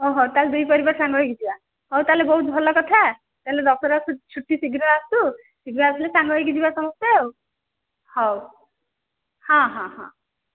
ଓ ହଉ ତା'ହେଲେ ଦୁଇ ପରିବାର ସାଙ୍ଗ ହୋଇକି ଯିବା ହଉ ତା'ହେଲେ ବହୁତ ଭଲ କଥା ତା'ହେଲେ ଦଶହରା ଛୁଟି ଶୀଘ୍ର ଆସୁ ଶୀଘ୍ର ଆସିଲେ ସାଙ୍ଗ ହୋଇକି ଯିବା ସମସ୍ତେ ଆଉ ହଉ ହଁ ହଁ ହଁ